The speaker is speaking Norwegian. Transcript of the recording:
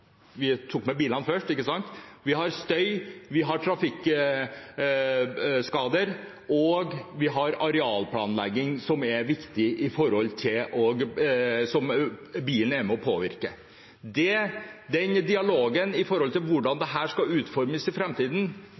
vi tok med bilene først – vi har støy, vi har trafikkskader, og vi har arealplanlegging, som er viktig, og som bilen er med og påvirker. Dialogen og debatten om hvordan dette skal utformes i